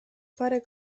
parę